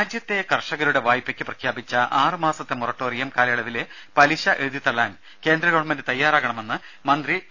രുമ കർഷകരുടെ വായ്പയ്ക്ക് പ്രഖ്യാപിച്ച രാജ്യത്തെ ആറുമാസത്തെ മോറട്ടോറിയം കാലയളവിലെ പലിശ എഴുതിത്തള്ളാൻ കേന്ദ്ര ഗവൺമെന്റ് തയ്യാറാകണമെന്ന് മന്ത്രി ഡോ